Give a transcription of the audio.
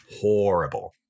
horrible